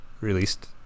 released